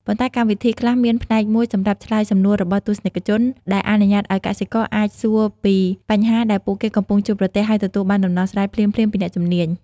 ប៉ុន្តែកម្មវិធីខ្លះមានផ្នែកមួយសម្រាប់ឆ្លើយសំណួររបស់ទស្សនិកជន ដែលអនុញ្ញាតឲ្យកសិករអាចសួរពីបញ្ហាដែលពួកគេកំពុងជួបប្រទះ ហើយទទួលបានដំណោះស្រាយភ្លាមៗពីអ្នកជំនាញ។